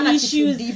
issues